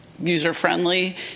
user-friendly